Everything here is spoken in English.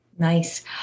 Nice